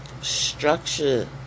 structure